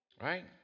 right